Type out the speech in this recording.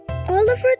Oliver